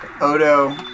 Odo